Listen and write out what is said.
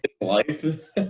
Life